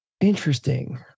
Interesting